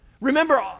remember